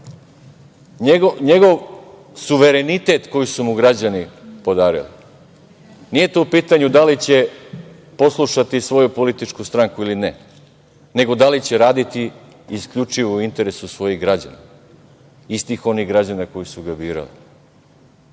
njegov suverenitet koji su mu građani podarili. Nije tu u pitanju da li će poslušati svoju političku stranku ili ne, nego da li će raditi isključivo u interesu svojih građana, istih onih građana koji su ga